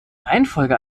reihenfolge